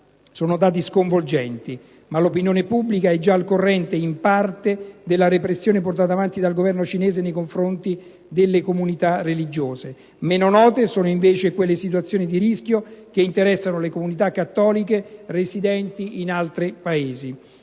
Sono dati sconvolgenti, ma l'opinione pubblica è già al corrente in parte della repressione portata avanti dal Governo cinese nei confronti delle comunità religiose. Meno note sono invece quelle situazioni di rischio che interessano le comunità cattoliche residenti in altri Paesi.